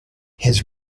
his